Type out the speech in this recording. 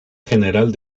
general